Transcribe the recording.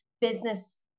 business